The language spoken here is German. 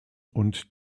und